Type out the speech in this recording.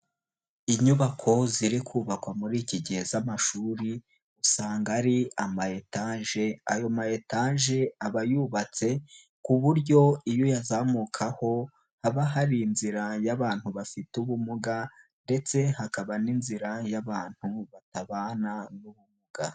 Inyubako ziri kubakwa muri iki gihe z'amashuri usanga ari ama etaje, ayo ma etaje aba yubatse ku buryo iyo uyazamukaho haba hari inzira y'abantu bafite ubumuga ndetse hakaba n'inzira y'abantu batabana n'ubumuga.